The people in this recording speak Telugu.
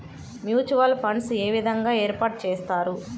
మ్యూచువల్ ఫండ్స్ ఏ విధంగా ఏర్పాటు చేస్తారు?